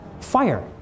Fire